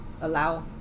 allow